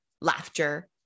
laughter